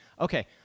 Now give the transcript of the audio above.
Okay